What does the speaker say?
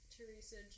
Teresa